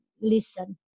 listen